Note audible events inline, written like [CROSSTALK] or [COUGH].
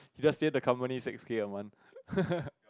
you just save the company six K a month [LAUGHS]